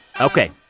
Okay